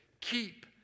keep